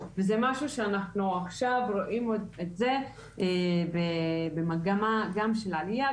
וזה משהו שאנחנו עכשיו רואים את זה במגמה גם של עלייה,